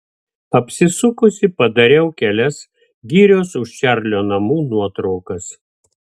apsisukusi padariau kelias girios už čarlio namų nuotraukas